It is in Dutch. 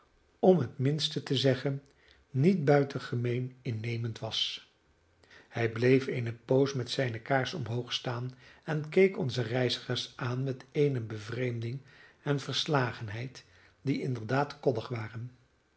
om het minste te zeggen niet buitengemeen innemend was hij bleef eene poos met zijne kaars omhoog staan en keek onze reizigers aan met eene bevreemding en verslagenheid die inderdaad koddig waren